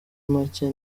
make